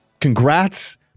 Congrats